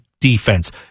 defense